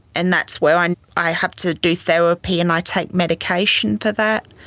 and that's where and i have to do therapy and i take medication for that.